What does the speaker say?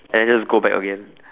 and then just go back again